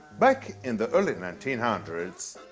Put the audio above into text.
back in the early nineteen hundreds,